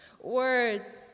words